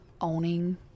owning